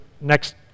next